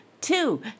two